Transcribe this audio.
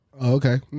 Okay